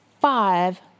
five